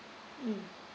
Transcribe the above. mm